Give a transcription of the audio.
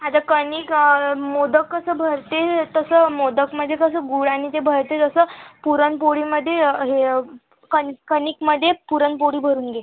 आता कणिक मोदक कसं भरते तसं मोदकमध्ये कसं गूळ आणि ते भरते तसं पुरणपोळीमध्ये हे कण कणिकमध्ये पुरणपोळी भरून घे